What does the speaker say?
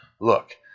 Look